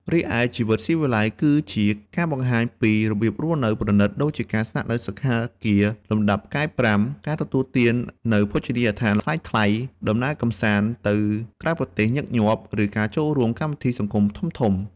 រីឯជីវិតស៊ីវិល័យគឺជា ការបង្ហាញពីរបៀបរស់នៅប្រណីតដូចជាការស្នាក់នៅសណ្ឋាគារលំដាប់ផ្កាយប្រាំ ការទទួលទានអាហារនៅភោជនីយដ្ឋានថ្លៃៗ ដំណើរកម្សាន្តទៅក្រៅប្រទេសញឹកញាប់ ឬការចូលរួមកម្មវិធីសង្គមធំៗ។